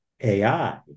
AI